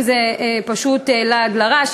זה פשוט לעג לרש.